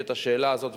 שאת השאלה הזאת,